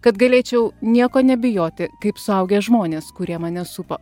kad galėčiau nieko nebijoti kaip suaugę žmonės kurie mane supa